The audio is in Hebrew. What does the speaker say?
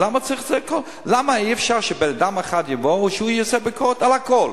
למה אי-אפשר שאדם אחד יבוא ויעשה ביקורת על הכול,